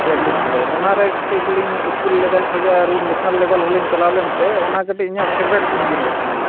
javelin throw ᱚᱱᱟᱨᱮ ᱠᱟᱹᱴᱤᱡ ᱞᱤᱧ ᱤᱥᱠᱩᱞ ᱞᱮᱵᱮᱞ ᱠᱷᱚᱱᱟᱜ ᱞᱤᱧ ᱱᱮᱥᱱᱮᱞ ᱞᱮᱵᱮᱞ ᱦᱚᱸᱞᱤᱧ ᱪᱟᱞᱟᱣ ᱞᱮᱱᱛᱮ ᱚᱱᱟ ᱠᱟᱹᱴᱤᱡ ᱤᱧᱟᱹᱜ ᱯᱷᱮᱵᱟᱨᱤᱴ ᱡᱤᱱᱤᱥ ᱠᱟᱱᱟ